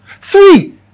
Three